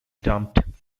dumped